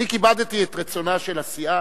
אני כיבדתי את רצונה של הסיעה